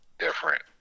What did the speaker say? Different